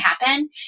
happen